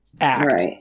act